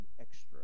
extra